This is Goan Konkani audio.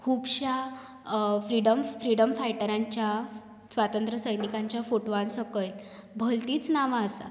खुबश्यां फ्रिडम फ्रिडम फायटरांच्या स्वातंत्र सैनिकांच्या फोटवान सकयल भलतींच नांवां आसा